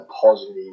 positive